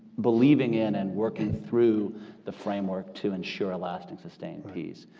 believing in and working through the framework to ensure a lasting, sustained peace.